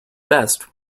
best